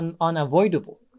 unavoidable